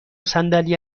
صندلی